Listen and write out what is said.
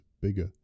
bigger